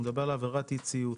עבירת אי-ציות.